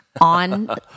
on